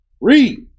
Read